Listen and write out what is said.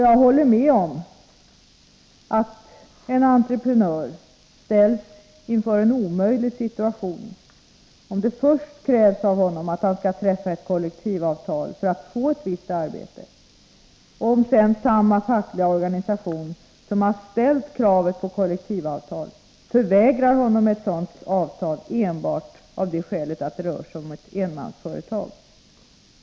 Jag håller med om att en entreprenör ställs inför en omöjlig situation om det först krävs av honom att han skall träffa ett kollektivavtal för att få ett visst arbete och om sedan samma fackliga organisation som har ställt kravet på kollektivavtal förvägrar honom ett sådant avtal enbart av det skälet att det rör sig om ett enmansföretag.